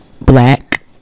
Black